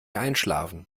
einschlafen